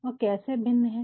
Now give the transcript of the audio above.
वह कैसे भिन्न है